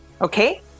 Okay